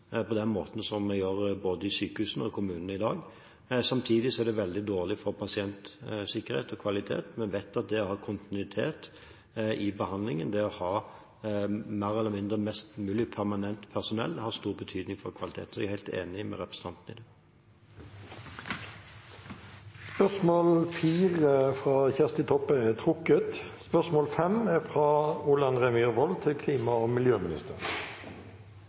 på den måten vi gjør både i sykehusene og i kommunene i dag. Samtidig er det veldig dårlig for pasientsikkerheten og kvaliteten. Vi vet at det å ha kontinuitet i behandlingen og det å ha mest mulig permanent personell har stor betydning for kvaliteten. Jeg er helt enig med representanten i det. Dette spørsmålet er trukket tilbake. Jeg tillater meg å stille følgende spørsmål til klima- og miljøministeren: